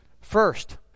first